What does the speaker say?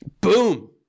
Boom